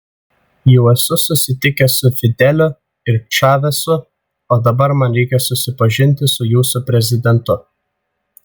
jau esu susitikęs su fideliu ir čavesu o dabar man reikia susipažinti su jūsų prezidentu